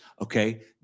okay